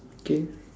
K